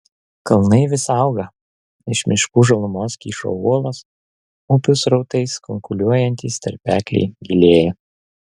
kalnai vis auga iš miškų žalumos kyšo uolos upių srautais kunkuliuojantys tarpekliai gilėja